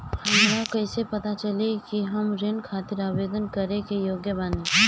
हमरा कईसे पता चली कि हम ऋण खातिर आवेदन करे के योग्य बानी?